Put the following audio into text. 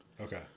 Okay